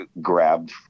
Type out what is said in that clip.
grabbed